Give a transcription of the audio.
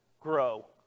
grow